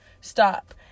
stop